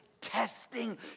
testing